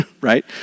right